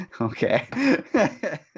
Okay